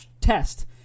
test